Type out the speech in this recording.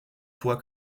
fois